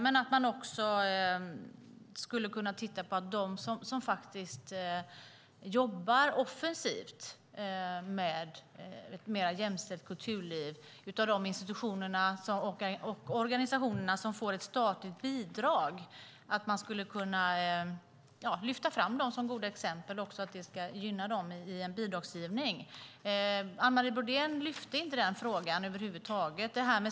Men man skulle också kunna lyfta fram de institutioner och organisationer som får statliga bidrag och som jobbar offensivt för ett mer jämställt kulturliv som goda exempel och att de ska gynnas vid bidragsgivning. Anne Marie Brodén lyfte inte fram den frågan över huvud taget.